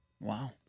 Wow